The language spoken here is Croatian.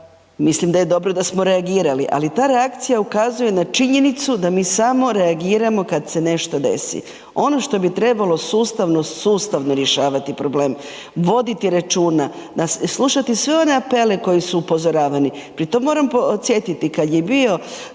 mislim da je dobro da smo reagirali ali ta reakcija ukazuje na činjenicu da mi samo reagiramo kada se nešto desi. Ono što bi trebalo sustavno, sustavno rješavati problem, voditi računa, slušati sve one apele koji su upozoravani. Pri tome moram podsjetiti kada je bio